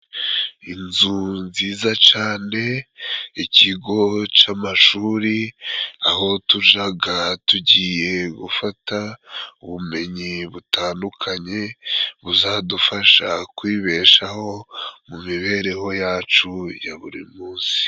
Inzu nziza cane, ikigo c'amashuri, aho tujaga tugiye gufata ubumenyi butandukanye buzadufasha kwibeshaho mu mibereho yacu ya buri munsi.